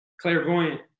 Clairvoyant